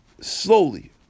slowly